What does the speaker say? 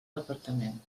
departament